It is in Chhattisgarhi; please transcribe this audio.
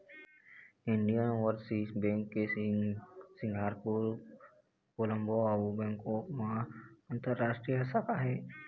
इंडियन ओवरसीज़ बेंक के सिंगापुर, कोलंबो अउ बैंकॉक म अंतररास्टीय शाखा हे